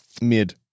Mid